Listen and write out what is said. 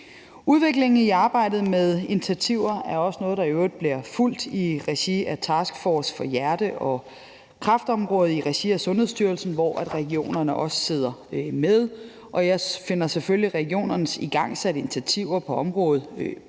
Udviklingen i arbejdet med initiativer er også noget, der i øvrigt bliver fulgt i regi af task force for patientforløb på kræft- og hjerteområdet i regi af Sundhedsstyrelsen, hvor regionerne også sidder med. Jeg finder selvfølgelig regionernes igangsatte initiativer på området